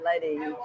lady